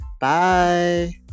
Bye